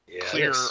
clear